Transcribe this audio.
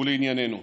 ולענייננו.